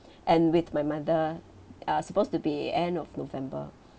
and with my mother uh supposed to be end of november